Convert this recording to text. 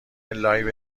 لایو